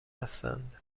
هستند